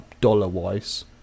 dollar-wise